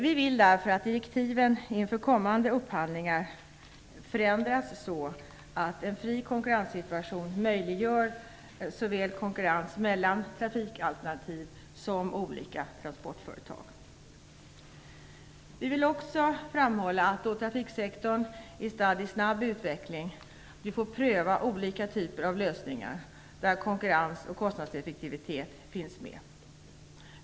Vi vill därför att direktiven inför kommande upphandlingar förändras så att en fri konkurrenssituation möjliggör konkurrens mellan såväl trafikalternativ som olika transportföretag. Vi vill också framhålla att vi då trafiksektorn är stadd i snabb utveckling får pröva olika typer av lösningar där konkurrens och kostnadseffektivitet finns med.